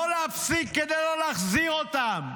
לא להפסיק כדי לא להחזיר אותם.